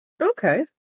Okay